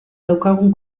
daukagun